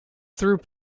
through